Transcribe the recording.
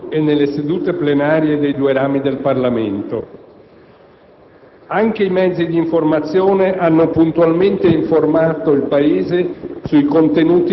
Signor Presidente, onorevoli senatori,